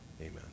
Amen